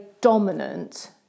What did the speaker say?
dominant